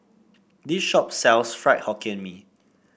this shop sells Fried Hokkien Mee